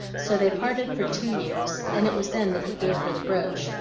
so they parted for two years, and it was then that he gave her the brooch,